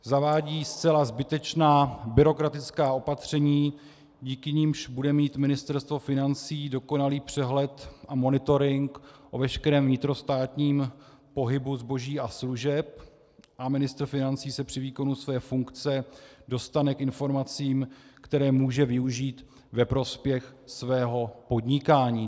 Zavádí zcela zbytečná byrokratická opatření, díky nimž bude mít Ministerstvo financí dokonalý přehled a monitoring o veškerém vnitrostátním pohybu zboží a služeb a ministr financí se při výkonu své funkce dostane k informacím, které může využít ve prospěch svého podnikání.